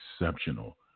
exceptional